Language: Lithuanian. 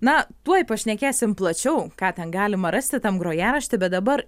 na tuoj pašnekėsim plačiau ką ten galima rasti tam grojarašty bet dabar